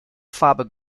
farbe